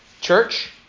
church